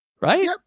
right